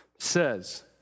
Says